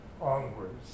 onwards